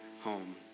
home